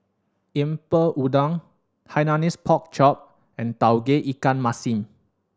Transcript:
Lemper Udang Hainanese Pork Chop and Tauge Ikan Masin